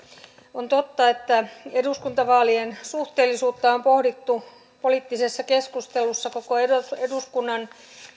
on totta että eduskuntavaalien suhteellisuutta on pohdittu poliittisessa keskustelussa koko eduskunnan